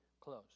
close